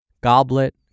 goblet